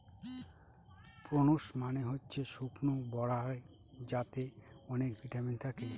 prunes মানে হচ্ছে শুকনো বরাই যাতে অনেক ভিটামিন থাকে